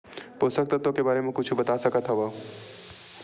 पोषक तत्व के बारे मा कुछु बता सकत हवय?